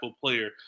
player